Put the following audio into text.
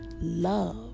love